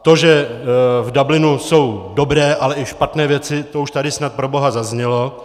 To, že v Dublinu jsou dobré, ale i špatné věci, to už tady snad proboha zaznělo.